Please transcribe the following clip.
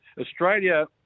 Australia